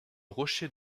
rocher